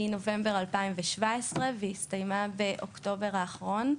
מנובמבר 2017, והיא הסתיימה באוקטובר האחרון.